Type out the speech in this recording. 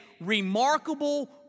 remarkable